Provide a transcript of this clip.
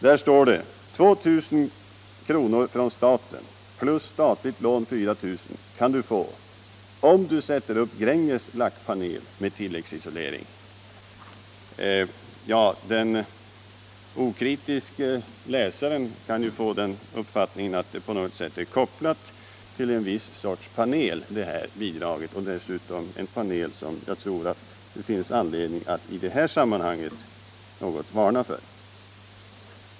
Där står det: ”2.000:- FRÅN STATEN plus statligt lån 4.000:- kan du få om du sätter upp GRÄNGES Lackpanel med tilläggsisolering.” Den okritiska läsaren kan ju lätt få den uppfattningen att det statliga bidraget är kopplat till någon viss sorts panel — och dessutom en panel som jag tror det finns anledning att i det här sammanhanget något varna för.